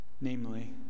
namely